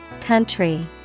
Country